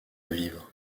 vivre